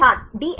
छात्र DSSP